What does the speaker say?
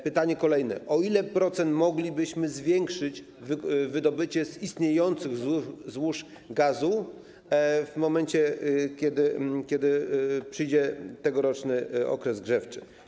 pytanie: O ile procent moglibyśmy zwiększyć wydobycie z istniejących złóż gazu, w momencie kiedy przyjdzie tegoroczny okres grzewczy?